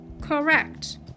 Correct